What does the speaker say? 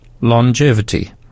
longevity